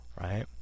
right